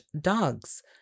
dogs